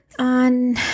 On